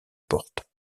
porte